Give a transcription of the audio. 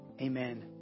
Amen